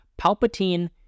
Palpatine